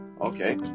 okay